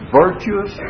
virtuous